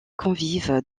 convives